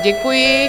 Děkuji.